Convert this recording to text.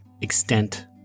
extent